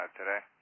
today